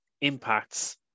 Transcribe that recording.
impacts